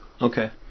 Okay